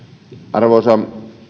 arvoisa